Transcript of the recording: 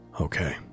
Okay